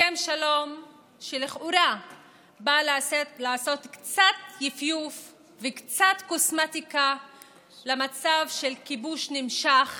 הסכם שלום שלכאורה בא לעשות קצת יפיוף וקצת קוסמטיקה למצב של כיבוש נמשך